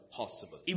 possible